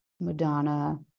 Madonna